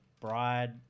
bride